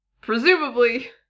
presumably